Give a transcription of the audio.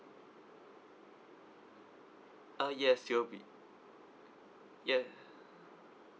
uh yes you'll be yes